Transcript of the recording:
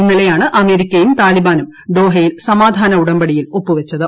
ഇന്നലെയാണ് അമേരിക്കയും താലിബാനും ദോഹയിൽ സമാധാന ഉടമ്പടിയിൽ ഒപ്പു വച്ചത്